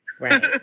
Right